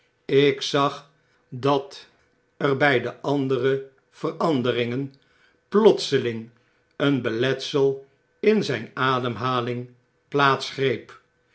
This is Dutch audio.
ik zag dat er by de andere veranderingen plotseling een beletsel in zyn ademhaling plaats greep